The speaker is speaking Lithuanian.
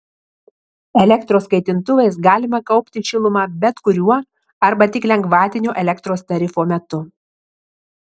elektros kaitintuvais galima kaupti šilumą bet kuriuo arba tik lengvatinio elektros tarifo metu